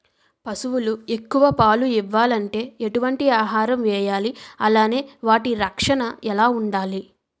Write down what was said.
పశువులు ఎక్కువ పాలు ఇవ్వాలంటే ఎటు వంటి ఆహారం వేయాలి అలానే వాటి రక్షణ ఎలా వుండాలి?